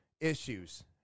issues